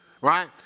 right